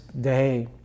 day